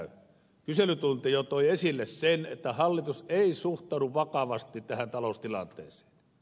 kyselytunti jo toi esille sen että hallitus ei suhtaudu vakavasti tähän taloustilanteeseen